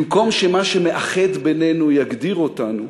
במקום שמה שמאחד בינינו יגדיר אותנו,